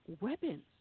weapons